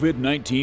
COVID-19